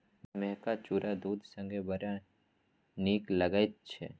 मेहका चुरा दूध संगे बड़ नीक लगैत छै